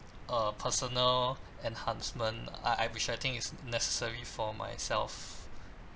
uh personal enhancement I I which I think is necessary for myself